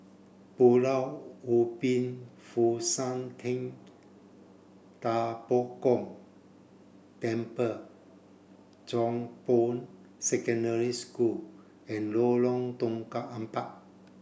Pulau Ubin Fo Shan Ting Da Bo Gong Temple Chong Boon Secondary School and Lorong Tukang Empat